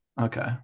Okay